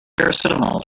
paracetamol